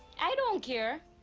i don't care.